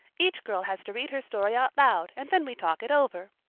each girl has to read her story out loud and then we talk it over.